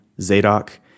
Zadok